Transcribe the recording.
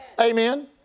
Amen